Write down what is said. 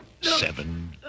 Seven